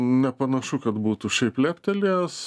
nepanašu kad būtų šiaip leptelėjęs